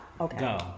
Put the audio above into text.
okay